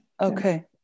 Okay